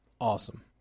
Awesome